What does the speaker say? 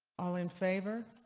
all in favor